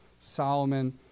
Solomon